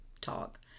talk